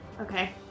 Okay